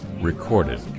recorded